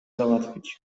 załatwić